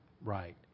Right